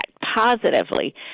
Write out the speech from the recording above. positively